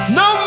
no